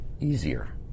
easier